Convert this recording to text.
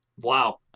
wow